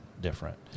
different